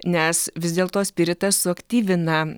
nes vis dėlto spiritas suaktyvina